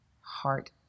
heart